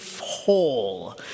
whole